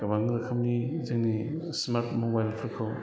गोबां रोखोमनि जोंनि स्मार्ट मबाइलफोरखौ